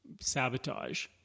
sabotage